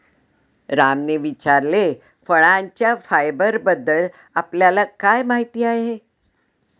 रामने विचारले, फळांच्या फायबरबद्दल आपल्याला काय माहिती आहे?